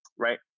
Right